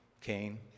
Cain